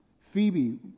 Phoebe